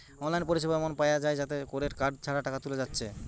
online পরিসেবা এমন পায়া যায় যাতে কোরে কার্ড ছাড়া টাকা তুলা যাচ্ছে